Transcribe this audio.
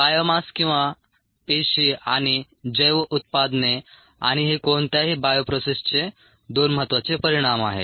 biomass किंवा पेशी आणि जैव उत्पादने आणि हे कोणत्याही बायोप्रोसेसचे दोन महत्वाचे परिणाम आहेत